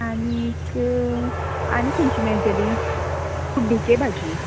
आनीक आनी खंयची मेळटली कुड्डूके भाजी एक